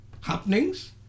happenings